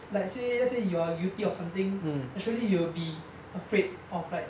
like say let's say you are guilty of something actually you'll be afraid of like